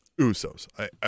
Usos